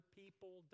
people